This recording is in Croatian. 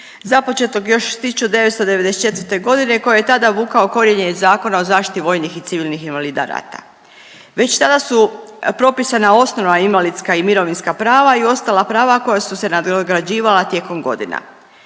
započetog još 1994. g. koje je tada vukao korijenje iz zakona o zaštiti vojnih i civilnih invalida rata. Već tada su propisana osnovna invalidska i mirovinska prava i ostala prava koja su se nadograđivala tijekom godina.